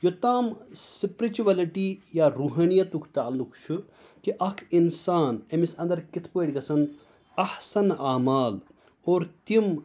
یوٚتام سِپرِچُویلِٹی یا روحٲنِیتُک تعلق چھُ کہِ اَکھ اِنسان أمِس اَنٛدر کِتھ پٲٹھۍ گژھن احسَن اعمال اور تِم